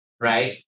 right